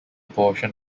portion